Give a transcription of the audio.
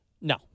No